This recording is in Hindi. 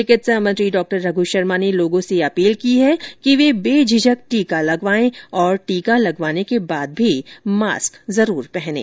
चिकित्सा मंत्री डॉ रघ् शर्मा ने लोगों से अपील की कि वे बेझिझक टीका लगवाए और टीका लगवाने के बाद भी मास्क जरूर पहनें